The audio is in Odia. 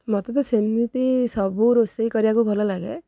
ମୋତେ ତ ସେମିତି ସବୁ ରୋଷେଇ କରିବାକୁ ଭଲ ଲାଗେ